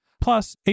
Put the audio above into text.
Plus